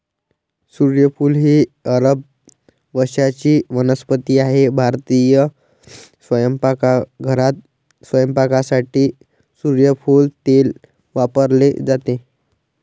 सूर्यफूल ही अरब वंशाची वनस्पती आहे भारतीय स्वयंपाकघरात स्वयंपाकासाठी सूर्यफूल तेल वापरले जाते